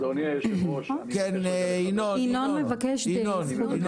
אני רק